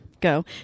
Go